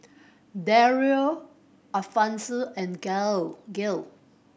Dario Alphonsus and Gail Gail